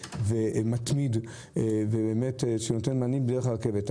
ומתמיד אם ניתן היה לתת מענים דרך הרכבת,